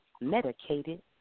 medicated